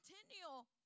continual